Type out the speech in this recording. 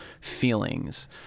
feelings